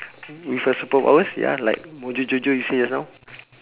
with a superpowers ya like mojo jojo you say just now